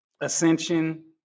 Ascension